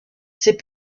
ses